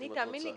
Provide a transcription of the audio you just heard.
תאמין לי,